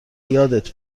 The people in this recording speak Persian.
یادت